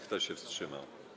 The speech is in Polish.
Kto się wstrzymał?